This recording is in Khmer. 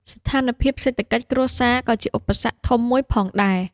ស្ថានភាពសេដ្ឋកិច្ចគ្រួសារក៏ជាឧបសគ្គធំមួយផងដែរ។